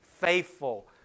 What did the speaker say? faithful